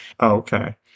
okay